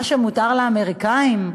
מה שמותר לאמריקנים,